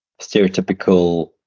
stereotypical